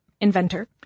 inventor